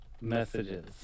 messages